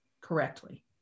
correctly